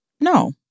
No